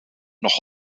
noch